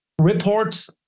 reports